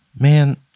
Man